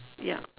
yup